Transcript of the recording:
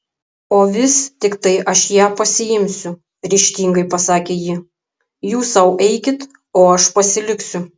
o vis tiktai aš ją pasiimsiu ryžtingai pasakė ji jūs sau eikit o aš pasiliksiu